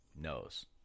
knows